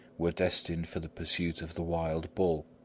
were destined for the pursuit of the wild bull.